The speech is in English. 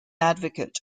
advocate